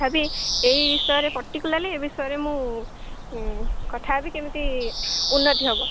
ହେବି ଏହି ବିଷୟରେ ପର୍ଟିକୁଲାର୍ଲି ଏହି ବିଷୟରେ ମୁଁ କଥା ହେବି କେମିତି ଉନ୍ନତି ହେବ